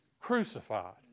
crucified